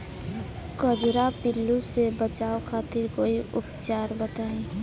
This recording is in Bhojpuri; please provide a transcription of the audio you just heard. कजरा पिल्लू से बचाव खातिर कोई उपचार बताई?